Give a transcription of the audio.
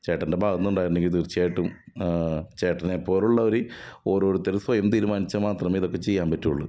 ചേട്ടൻ്റെ ഭാഗത്ത് നിന്ന് ഉണ്ടായിട്ടുണ്ടെങ്കിൽ തീർച്ചയായിട്ടും ചേട്ടനെ പോലുള്ളവര് ഓരോരുത്തരും സ്വയം തീരുമാനിച്ചാൽ മാത്രമേ ഇതൊക്കെ ചെയ്യാൻ പറ്റുകയുള്ളു